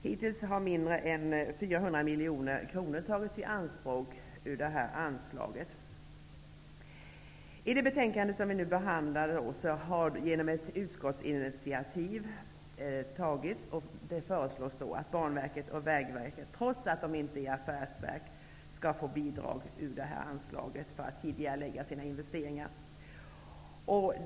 Hittills har mindre än 400 miljoner kronor tagits i anspråk ur det här anslaget. I det betänkande vi nu behandlar föreslås i ett utskottsinitiativ att Banverket och Vägverket, trots att de inte är affärsverk, skall få bidrag ur det här anslaget för att kunna tidigarelägga sina investeringar.